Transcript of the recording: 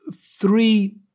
three